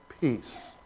peace